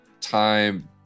time